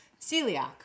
celiac